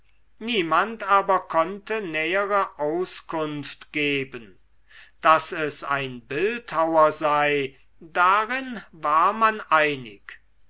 niemand aber konnte nähere auskunft geben daß es ein bildhauer sei darin war man einig